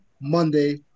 Monday